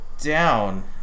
down